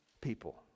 people